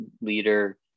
leader